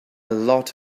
lot